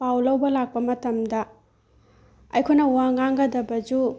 ꯄꯥꯎ ꯂꯧꯕ ꯂꯥꯛꯄ ꯃꯇꯝꯗ ꯑꯩꯈꯣꯏꯅ ꯋꯥ ꯉꯥꯡꯒꯗꯕꯁꯨ